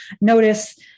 notice